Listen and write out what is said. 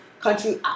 country